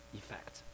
effect